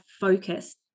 focused